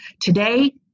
today